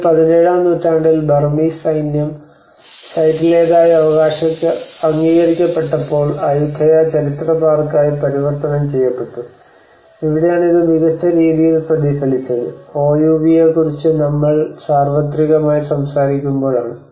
ഇത് പതിനേഴാം നൂറ്റാണ്ടിൽ ബർമീസ് സൈന്യം ഇത് നശിപ്പിച്ചു പിന്നീട് ഇത് ഒരു സ്കൂൾ ലോക പൈതൃക സൈറ്റിലേതായി അംഗീകരിക്കപ്പെട്ടപ്പോൾ അയ്യൂതായ ചരിത്ര പാർക്കായി പരിവർത്തനം ചെയ്യപ്പെട്ടു ഇവിടെയാണ് ഇത് മികച്ച രീതിയിൽ പ്രതിഫലിച്ചത് OUV യെക്കുറിച്ച് നമ്മൾ സാർവത്രികമായി സംസാരിക്കുമ്പോഴാണ്